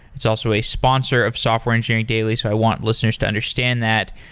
it's also a sponsor of software engineering daily, so i want listeners to understand that.